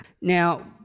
Now